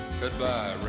Goodbye